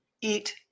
Eat